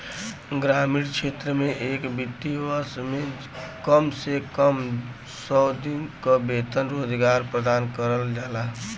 ग्रामीण क्षेत्र में एक वित्तीय वर्ष में कम से कम सौ दिन क वेतन रोजगार प्रदान करल जाला